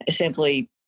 simply